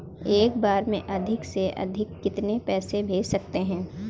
एक बार में अधिक से अधिक कितने पैसे भेज सकते हैं?